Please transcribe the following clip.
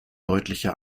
deutliche